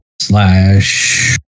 slash